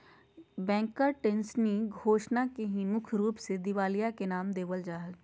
bankruptcy घोषणा के ही मुख्य रूप से दिवालिया के नाम देवल जा हय